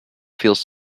feels